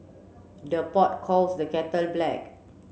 the pot calls the kettle black